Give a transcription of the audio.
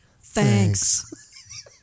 thanks